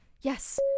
yes